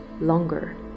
longer